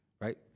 right